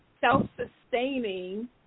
self-sustaining